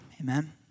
Amen